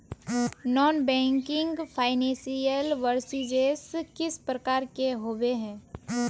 Non banking financial services किस प्रकार के होबे है?